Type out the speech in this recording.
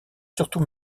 surtout